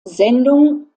sendung